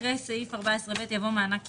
אחרי סעיף 14ב יבוא מענק קירור.